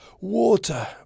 water